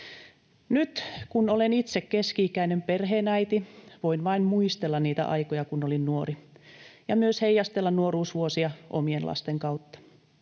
Nyt kun olen itse keski-ikäinen perheenäiti, voin vain muistella niitä aikoja, kun olin nuori, ja myös heijastella nuoruusvuosia omien lasten kautta.